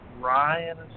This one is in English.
Ryan